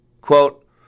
Quote